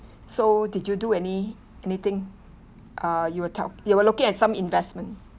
so did you do any anything uh you were talk you were looking at some investment